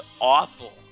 awful